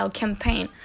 campaign 。